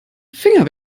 finger